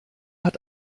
hat